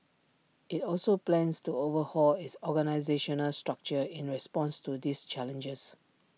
IT also plans to overhaul its organisational structure in response to these challenges